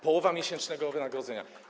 Połowa miesięcznego wynagrodzenia.